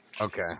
Okay